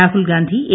Rahul Gandhi A